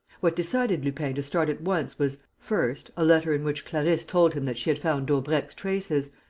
what decided lupin to start at once was, first, a letter in which clarisse told him that she had found daubrecq's traces,